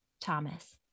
Thomas